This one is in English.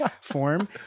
form